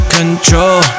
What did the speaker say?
Control